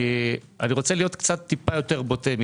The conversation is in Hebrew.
אני רוצה להיות טיפה יותר בוטה.